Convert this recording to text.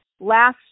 last